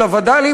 של הווד"לים,